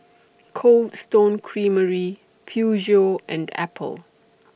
Cold Stone Creamery Peugeot and Apple